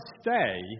stay